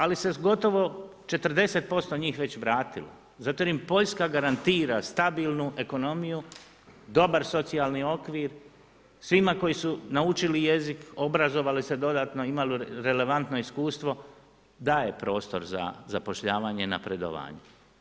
Ali se gotovo 40% njih već vratilo zato jer im Poljska garantira stabilnu ekonomiju, dobar socijalni okvir, svima koji su naučili jezik, obrazovali se dodatno, imali relevantno iskustvo daje prostor za zapošljavanje i napredovanje.